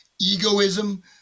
egoism